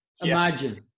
Imagine